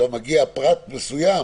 ועכשיו מגיע פרט מסוים,